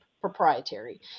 proprietary